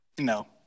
No